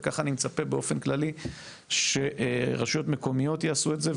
ככה אני מצפה באופן כללי שרשויות מקומיות יעשו את זה.